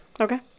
okay